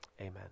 Amen